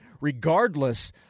regardless